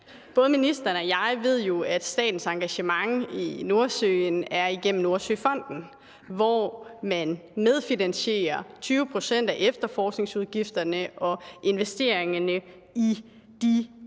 Både ministeren og jeg ved jo, at statens engagement i Nordsøen er igennem Nordsøfonden, hvor man medfinansierer 20 pct. af efterforskningsudgifterne og investeringerne i de